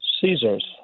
Caesars